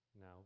Now